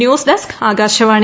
news desk Akashvani